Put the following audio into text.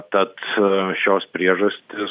tad šios priežastys